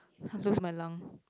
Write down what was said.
I'll lose my lung